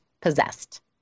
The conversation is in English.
possessed